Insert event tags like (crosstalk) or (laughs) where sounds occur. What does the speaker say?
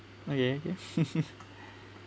okay (laughs)